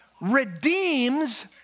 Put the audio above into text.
redeems